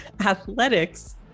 athletics